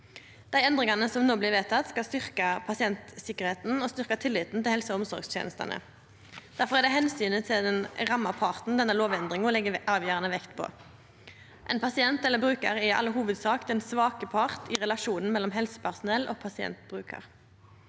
Dei endringane som no blir vedtekne, skal styrkja pasientsikkerheita og tilliten til helse- og omsorgstenestene. Difor er det omsynet til den ramma parten denne lovendringa legg avgjerande vekt på. Ein pasient eller brukar er i all hovudsak den svake part i relasjonen mellom helsepersonell og pasient/brukar.